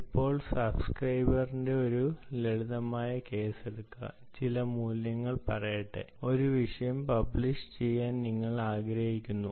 ഇപ്പോൾ സബ്സ്ക്രൈബ് ന്റെ ഒരു ലളിതമായ കേസ് എടുക്കുക ചില മൂല്യങ്ങൾ പറയട്ടെ ഒരു വിഷയം പബ്ലിഷ് ചെയ്യാൻ നിങ്ങൾ ആഗ്രഹിക്കുന്നു